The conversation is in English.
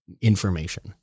information